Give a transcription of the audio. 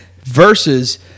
versus